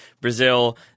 Brazil